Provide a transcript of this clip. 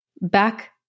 back